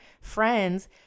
friends